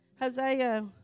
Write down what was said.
Hosea